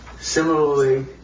similarly